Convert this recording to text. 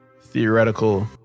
theoretical